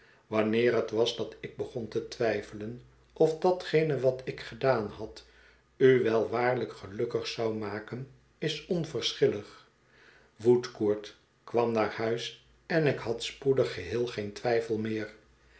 wanneer het was dat ik begon te twijfelen of datgene wat ik gedaan had u wel waarlijk gelukkig zou maken is onverschillig woodcourt kwam naar huis en ik had spoedig geheel geen twijfel meer